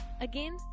Again